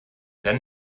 dann